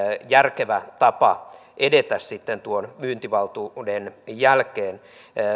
järkevä tapa edetä sitten tuon myyntivaltuuden jälkeen